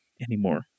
anymore